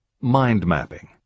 mind-mapping